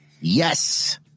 yes